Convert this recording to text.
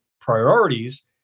priorities